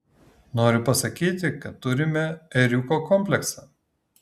noriu pasakyti kad turime ėriuko kompleksą